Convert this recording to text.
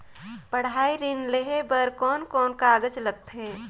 पढ़ाई ऋण लेहे बार कोन कोन कागज लगथे?